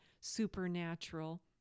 supernatural